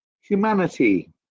humanity